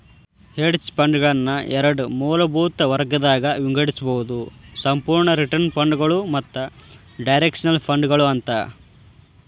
hedge ಫಂಡ್ಗಳನ್ನ ಎರಡ್ ಮೂಲಭೂತ ವರ್ಗಗದಾಗ್ ವಿಂಗಡಿಸ್ಬೊದು ಸಂಪೂರ್ಣ ರಿಟರ್ನ್ ಫಂಡ್ಗಳು ಮತ್ತ ಡೈರೆಕ್ಷನಲ್ ಫಂಡ್ಗಳು ಅಂತ